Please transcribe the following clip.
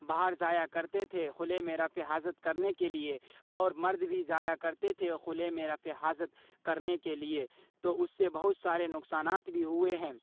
باہر جایا کرتے تھے کھلے میں رفع حاجت کرنے کے لیے اور مرد بھی جایا کرتے تھے کھلے میں رفع حاجت کرنے کے لیے تو اس سے بہت سارے نقصانات بھی ہوئے ہیں